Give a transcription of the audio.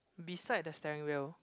beside the steering wheel